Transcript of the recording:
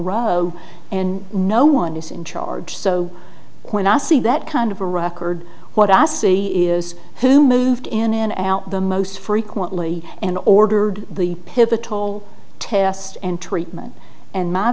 road and no one is in charge so when i see that kind of a record what i see is who moved in and out the most frequently and ordered the pivotal test and treatment and m